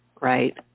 right